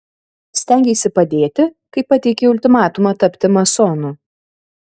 stengeisi padėti kai pateikei ultimatumą tapti masonu